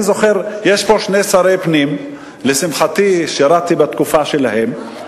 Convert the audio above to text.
יש פה שני שרי פנים, לשמחתי שירתתי בתקופה שלהם,